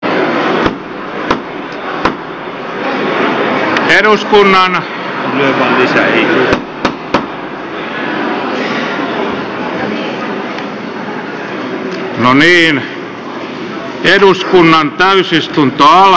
lähetekeskustelua varten l